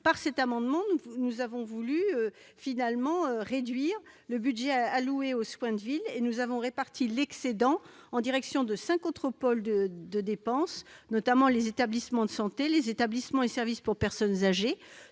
de cet amendement, réduire le budget alloué aux soins de ville et répartir l'excédent en direction des cinq autres pôles de dépenses, notamment les établissements de santé, les établissements et services pour personnes âgées